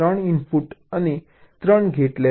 3 input અને gate લો